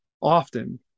often